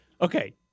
Okay